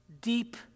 deep